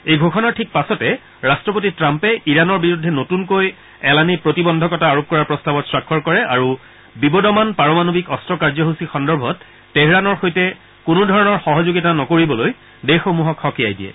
এই ঘোষণাৰ ঠিক পাছতে ৰাট্টপতি টাম্পে ইৰাণৰ বিৰুদ্ধে নতুনকৈ এলানি প্ৰতিবদ্ধকতা আৰোপ কৰাৰ প্ৰস্তাৱত স্বাক্ষৰ কৰে আৰু বিবদমান পাৰমাণৱিক অস্ত্ৰ কাৰ্যসচী সন্দৰ্ভত টেহৰাণৰ সৈতে কোনোধৰণৰ সহযোগিতা নকৰিবলৈ দেশসমূহক সকীয়াই দিয়ে